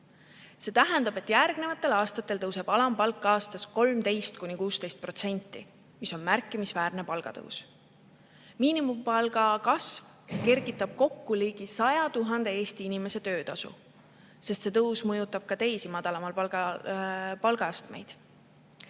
See tähendab, et järgnevatel aastatel tõuseb alampalk aastas 13–16%, mis on märkimisväärne palgatõus. Miinimumpalga kasv kergitab kokku ligi 100 000 Eesti inimese töötasu, sest see tõus mõjutab ka teisi madalamaid palgaastmeid.